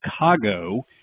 Chicago